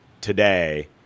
today